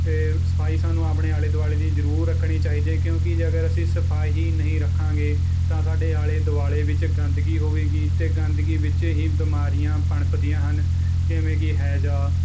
ਸਫਾਈ ਸਾਨੂੰ ਆਪਣੇ ਆਲੇ ਦੁਆਲੇ ਦੀ ਜ਼ਰੂਰ ਰੱਖਣੀ ਚਾਹੀਦਾ ਹੈ ਕਿਉਂਕਿ ਜੇ ਅਗਰ ਅਸੀਂ ਸਫਾਈ ਨਹੀਂ ਰੱਖਾਂਗੇ ਤਾਂ ਸਾਡੇ ਆਲੇ ਦੁਆਲੇ ਵਿੱਚ ਗੰਦਗੀ ਹੋਵੇਗੀ ਅਤੇ ਗੰਦਗੀ ਵਿੱਚ ਹੀ ਬਿਮਾਰੀਆਂ ਪਣਪਦੀਆਂ ਹਨ ਕਿਵੇਂ ਕਿ ਹੈਜਾ